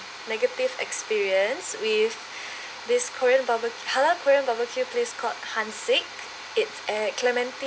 negative experience with this korean barbe~ halal korean barbecue place called hanssik it's at clementi